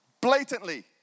Blatantly